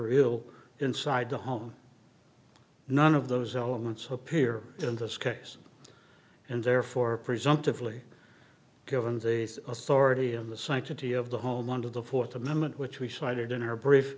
ill inside the home none of those elements appear in this case and therefore presumptively given the authority of the sanctity of the home under the th amendment which we cited in our brief